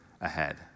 ahead